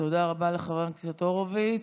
תודה רבה לחבר הכנסת הורוביץ.